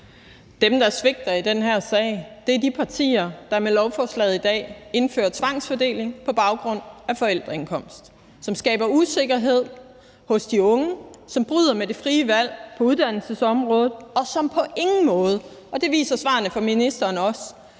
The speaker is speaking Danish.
Dem, der svigter i den her sag, er de partier, der med lovforslaget i dag indfører tvangsfordeling på baggrund af forældreindkomst, hvilket skaber usikkerhed hos de unge, bryder med det frie valg på uddannelsesområdet og på ingen måde – det viser svarene fra ministeren også –